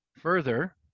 Further